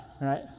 right